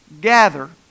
gather